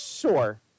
sure